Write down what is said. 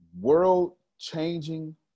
world-changing